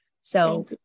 So-